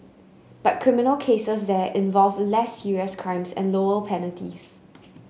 but criminal cases there involve less serious crimes and lower penalties